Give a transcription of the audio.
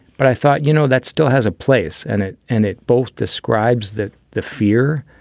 but i thought, you know, that still has a place. and it and it both describes that the fear